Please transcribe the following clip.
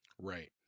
Right